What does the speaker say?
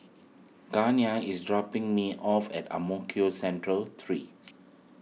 Gania is dropping me off at Ang Mo Kio Central three